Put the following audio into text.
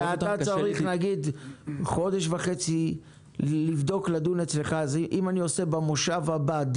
ואני אקיים דיון במושב הבא,